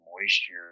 moisture